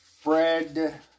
Fred